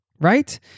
right